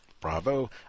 bravo